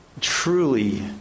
truly